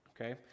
okay